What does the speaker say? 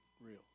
real